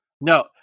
No